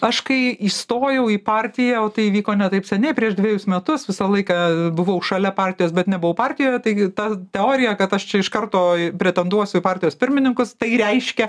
aš kai įstojau į partiją o tai įvyko ne taip seniai prieš dvejus metus visą laiką buvau šalia partijos bet nebuvau partijoje taigi ta teorija kad aš čia iš karto pretenduosiu partijos pirmininkus tai reiškia